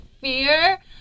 fear